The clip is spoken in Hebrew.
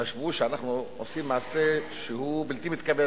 חשבו שאנחנו עושים מעשה שהוא בלתי מתקבל